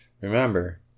Remember